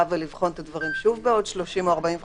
יותר ולבחון את הדברים שוב בעוד 30 או 45 יום.